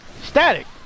Static